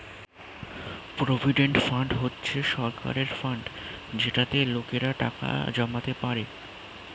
provident fund হচ্ছে সরকারের fund যেটাতে লোকেরা টাকা জমাতে পারে